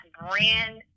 brand